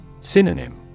Synonym